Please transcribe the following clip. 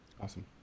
Awesome